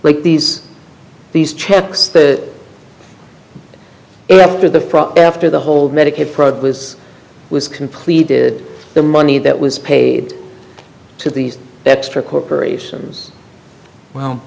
like these these checks that after the front after the whole medicaid fraud was was completed the money that was paid to these extra corporations well